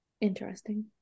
Interesting